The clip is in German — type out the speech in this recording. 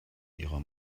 ihrer